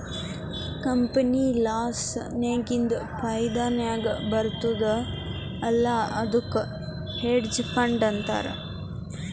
company loss ನಾಗಿಂದ್ ಫೈದಾ ನಾಗ್ ಬರ್ತುದ್ ಅಲ್ಲಾ ಅದ್ದುಕ್ ಹೆಡ್ಜ್ ಫಂಡ್ ಅಂತಾರ್